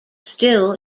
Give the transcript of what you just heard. still